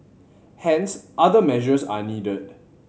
hence other measures are needed